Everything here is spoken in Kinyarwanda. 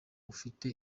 ufite